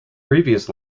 previous